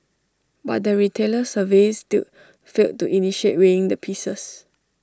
but the retailers surveyed still failed to initiate weighing the pieces